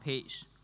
page